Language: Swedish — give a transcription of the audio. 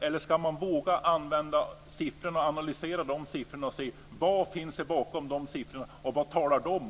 Eller ska man våga använda siffrorna, våga analysera dem och se vad som finns bakom dem, se vad de talar om?